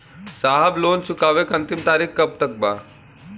साहब लोन चुकावे क अंतिम तारीख कब तक बा?